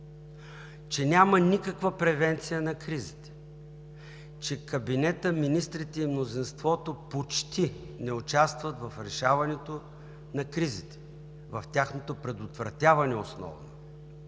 че няма никаква превенция на кризите, че кабинетът, министрите и мнозинството почти не участват в решаването на кризите и основно в тяхното предотвратяване. Второ,